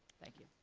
thank you.